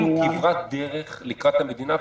הלכנו כברת דרך לקראת המדינה.